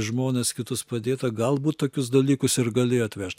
žmones kitus padėta galbūt tokius dalykus ir galėjo atvežt